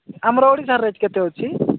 ଆମର ଓଡ଼ିଶା ରେଟ୍ କେତେ ଅଛି